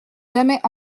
jamais